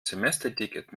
semesterticket